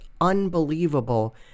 unbelievable